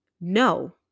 No